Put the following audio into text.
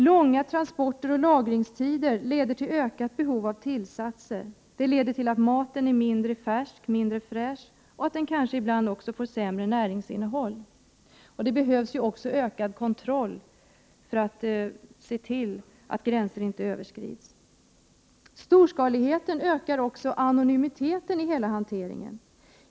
Långa transporter och lagringstider leder till ett ökat behov av tillsatser och till att maten är mindre färsk och fräsch. Ibland får den kanske också sämre näringsinnehåll. Det behövs också ökad kontroll för att se till att gränsvärden inte överskrids. Storskaligheten ökar också anonymiteten i hela hanteringen.